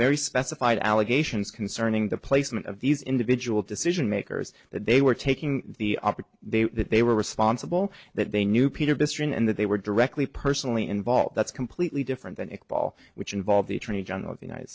very specified allegations concerning the placement of these individual decision makers that they were taking the opposite they that they were responsible that they knew peter bestrewn and that they were directly personally involved that's completely different than it ball which involve the attorney general of the united